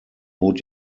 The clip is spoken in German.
bot